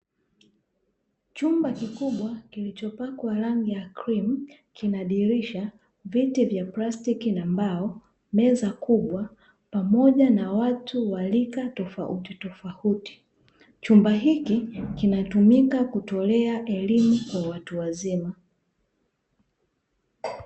Chumba kikubwa kilichopakwa rangi ya krimu, kina dirisha, viti vya plastiki na mbao, meza kubwa pamoja na watu wa rika tofauti tofauti. Chumba hiki kinatumika kutolea elimu kwa watu wazima.